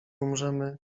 umrzemy